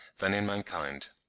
than in mankind.